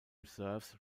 reserves